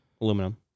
Aluminum